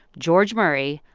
george murray,